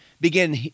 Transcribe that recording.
begin